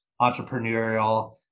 entrepreneurial